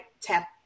tap